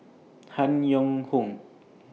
Han Yong Hong